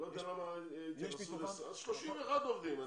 אז 31 עובדים.